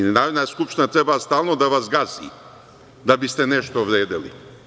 Narodna skupština treba stalno da vas gazi, da biste nešto vredeli.